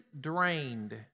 drained